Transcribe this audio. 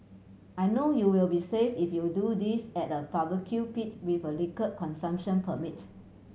I know you will be safe if you do this at a barbecue pit with a liquor consumption permit